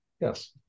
yes